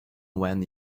when